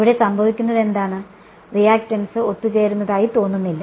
ഇവിടെ സംഭവിക്കുന്നത് എന്താണ് റീയാക്റ്റൻസ് ഒത്തുചേരുന്നതായി തോന്നുന്നില്ല